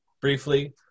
briefly